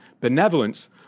benevolence